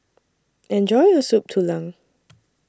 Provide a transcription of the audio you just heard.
Enjoy your Soup Tulang